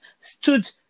stood